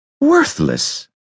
Worthless